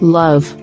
love